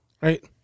right